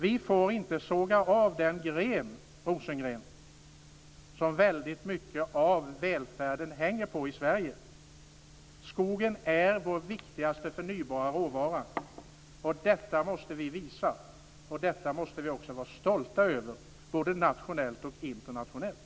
Vi får inte såga av den gren, Rosengren, som väldigt mycket av välfärden i Sverige hänger på. Skogen är vår viktigaste förnybara råvara. Detta måste vi visa. Detta måste vi också vara stolta över, både nationellt och internationellt.